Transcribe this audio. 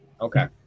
Okay